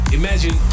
Imagine